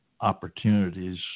opportunities